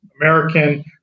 American